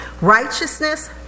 righteousness